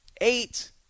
Eight